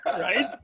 Right